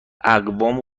اقوام